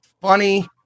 funny